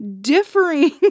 differing